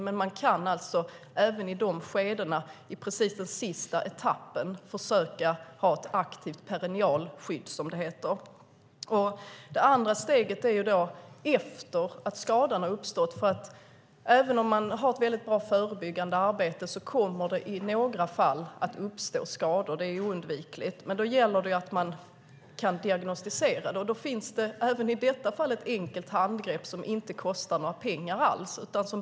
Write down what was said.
Men man kan även i den sista etappen ha ett aktivt perinealskydd, som det heter. Det andra steget är efter att skadan har uppstått, för även om man har ett bra förebyggande arbete kommer det i några fall att uppstå skador. Det är oundvikligt. Men då gäller det att man kan diagnostisera skadan. Då finns det även i detta fall ett enkelt handgrepp som inte kostar några pengar alls.